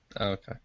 Okay